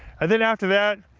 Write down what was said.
and then after that,